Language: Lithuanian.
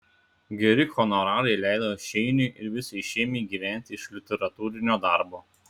geri honorarai leido šeiniui ir visai šeimai gyventi iš literatūrinio darbo